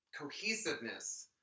cohesiveness